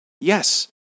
Yes